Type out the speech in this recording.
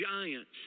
giants